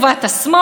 את זה לא אמרתי.